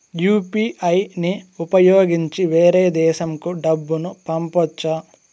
UPI ని ఉపయోగించి వేరే దేశంకు డబ్బును పంపొచ్చా?